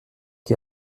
qui